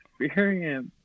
experience